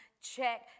check